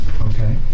Okay